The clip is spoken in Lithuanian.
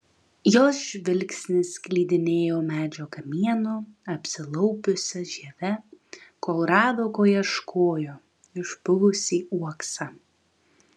jos žvilgsnis klydinėjo medžio kamienu apsilaupiusia žieve kol rado ko ieškojo išpuvusį uoksą